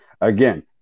again